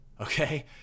okay